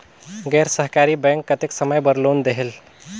गैर सरकारी बैंक कतेक समय बर लोन देहेल?